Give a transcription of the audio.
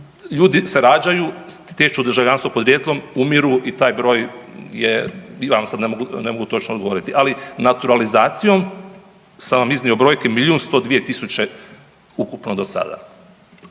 ljudi se rađaju, stječu državljanstvo podrijetlom, umiru i taj broj je, ja vam sad ne mogu točno odgovoriti, ali naturalizacijom sam vam iznio brojke, 1 102 000 ukupno do sada.